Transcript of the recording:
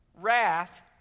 Wrath